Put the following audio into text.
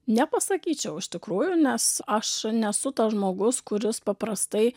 nepasakyčiau iš tikrųjų nes aš nesu tas žmogus kuris paprastai